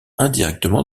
indirectement